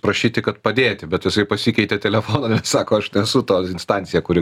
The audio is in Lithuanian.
prašyti kad padėti bet jisai pasikeitė telefoną ne sako aš esu to instancija kuri